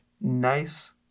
nice